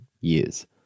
years